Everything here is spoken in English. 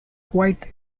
quite